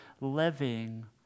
living